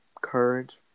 Courage